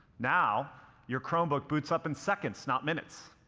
now your chromebook boots up in seconds, not minutes.